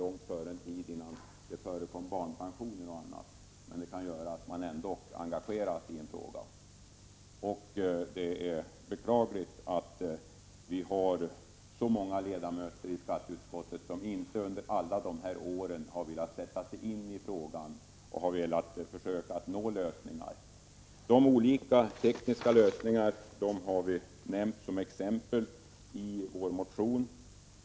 Det var långt före den tid då det förekom barnpensioner och annat, men det kan ändå göra att man engagerar sig i denna fråga. Det är beklagligt att vi har så många ledamöter i skatteutskottet som inte under alla dessa år velat sätta sig in i frågan och försöka nå en lösning. De olika möjligheterna till tekniska lösningar har vi nämnt i vår motion.